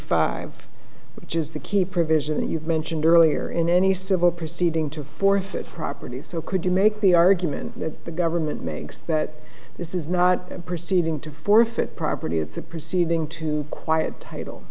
five which is the key provision that you mentioned earlier in any civil proceeding to forfeit property so could you make the argument that the government makes that this is not perceiving to forfeit property it's a proceeding to quiet title